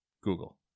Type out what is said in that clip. Google